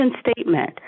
statement